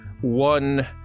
one